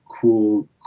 cool